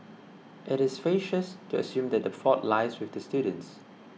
it is facetious to assume that the fault lies with the students